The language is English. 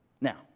Now